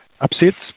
Upsets